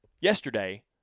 yesterday